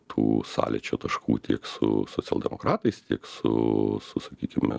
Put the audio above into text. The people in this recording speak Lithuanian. tų sąlyčio taškų tiek su socialdemokratais tiek su sakykime